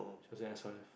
she was in S_Y_F